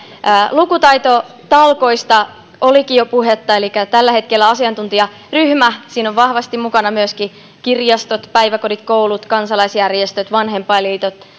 lukutaitotalkoista olikin jo puhetta elikkä tällä hetkellä on asiantuntijaryhmä siinä ovat vahvasti mukana myöskin kirjastot päiväkodit koulut kansalaisjärjestöt vanhempainliitot ja